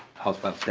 house file